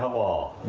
all